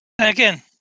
Again